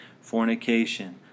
Fornication